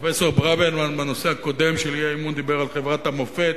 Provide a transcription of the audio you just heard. פרופסור ברוורמן בנושא הקודם של האי-אמון דיבר על חברת המופת,